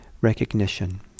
recognition